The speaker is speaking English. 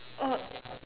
oh